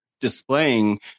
displaying